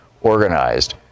organized